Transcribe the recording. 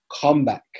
comeback